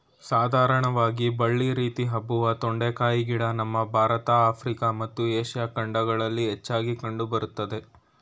ಸಾಧಾರಣವಾಗಿ ಬಳ್ಳಿ ರೀತಿ ಹಬ್ಬುವ ತೊಂಡೆಕಾಯಿ ಗಿಡ ನಮ್ಮ ಭಾರತ ಆಫ್ರಿಕಾ ಮತ್ತು ಏಷ್ಯಾ ಖಂಡಗಳಲ್ಲಿ ಹೆಚ್ಚಾಗಿ ಕಂಡು ಬರ್ತದೆ